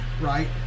right